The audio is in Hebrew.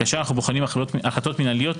בבואנו לבחון החלטות מנהליות,